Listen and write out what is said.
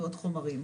ועוד חומרים.